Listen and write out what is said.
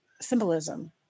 symbolism